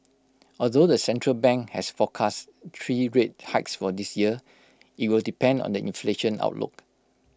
although the central bank has forecast three rate hikes for this year IT will depend on the inflation outlook